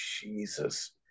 Jesus